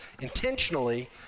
intentionally